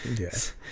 Yes